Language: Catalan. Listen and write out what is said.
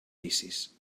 vicis